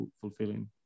fulfilling